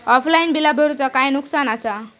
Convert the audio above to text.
Offline बिला भरूचा काय नुकसान आसा?